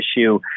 issue